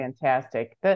fantastic